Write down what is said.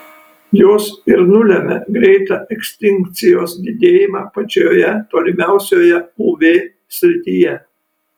jos ir nulemia greitą ekstinkcijos didėjimą pačioje tolimiausioje uv srityje